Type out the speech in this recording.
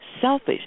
selfish